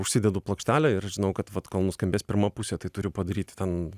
užsidedu plokštelę ir žinau kad vat kol nuskambės pirma pusė tai turiu padaryt ten